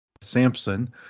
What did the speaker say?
Samson